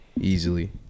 easily